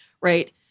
right